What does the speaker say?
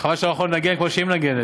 חבל שאני לא יכול לנגן כמו שהיא מנגנת,